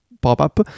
pop-up